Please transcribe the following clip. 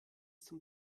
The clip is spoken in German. zum